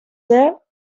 there